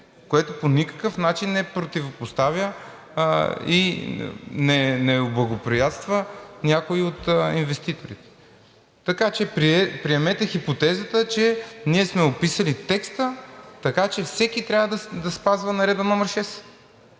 което по никакъв начин не противопоставя и не облагоприятства някой от инвеститорите. Така че приемете хипотезата, че ние сме описали текста и всеки трябва да спазва Наредба № 6.